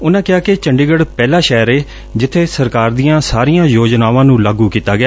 ਉਨੂਂ ਕਿਹਾ ਕਿ ਚੰਡੀਗੜ ਪਹਿਲਾਂ ਸ਼ਹਿਰ ਏ ਜਿੱਥੇ ਸਰਕਾਰ ਦੀਆਂ ਸਾਰੀਆਂ ਯੋਜਨਾਵਾਂ ਨੰ ਲਾਗੁ ਕੀਤਾ ਗਿਆ